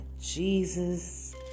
Jesus